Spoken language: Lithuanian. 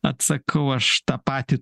atsakau aš tą patį